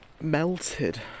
melted